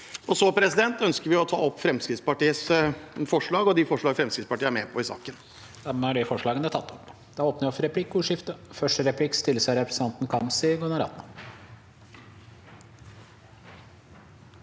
opp dette. Så ønsker jeg å ta opp Fremskrittspartiets forslag og de forslag Fremskrittspartiet er med på i saken.